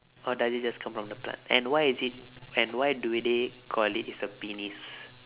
or does it just come from the plant and why is it and why do they call it is a penis